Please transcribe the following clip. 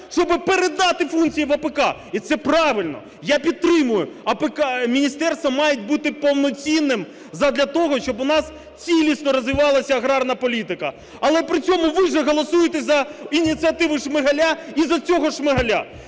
щоби передати функції в АПК і це правильно, я підтримую. Міністерство має бути повноцінним задля того, щоб у нас цілісно розвивалася агарна політика. Але при цьому ви же голосуєте за ініціативи Шмигаля і за цього Шмигаля.